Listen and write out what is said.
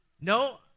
no